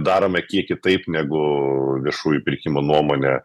darome kiek kitaip negu viešųjų pirkimų nuomonė